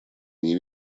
они